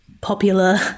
popular